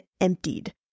emptied